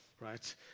right